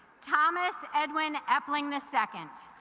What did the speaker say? thomas edwin epling the second